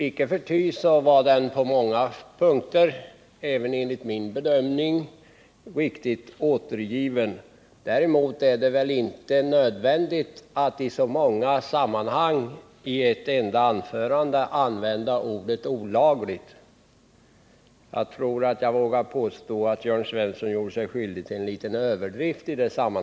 Icke förty var den på många punkter även enligt min bedömning riktigt återgiven. Däremot är det väl inte nödvändigt att i så många sammanhang och i ett enda anförande använda ordet olagligt. Jag vågar påstå att Jörn Svensson gjorde sig skyldig till en liten överdrift därvidlag.